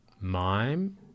mime